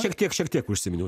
šiek tiek šiek tiek užsiminiau